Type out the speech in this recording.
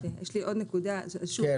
יש לי עוד נקודה שוב,